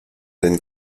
and